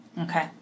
Okay